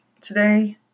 Today